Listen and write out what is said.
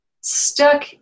stuck